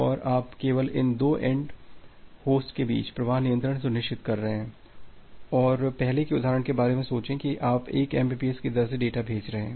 और आप केवल इन दो एन्ड होस्ट के बीच प्रवाह नियंत्रण सुनिश्चित कर रहे हैं और पहले के उदाहरण के बारे में सोचें कि आप 1 एमबीपीएस की दर से डेटा भेज रहे हैं